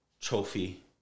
trophy